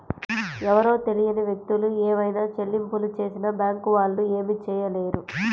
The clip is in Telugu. ఎవరో తెలియని వ్యక్తులు ఏవైనా చెల్లింపులు చేసినా బ్యేంకు వాళ్ళు ఏమీ చేయలేరు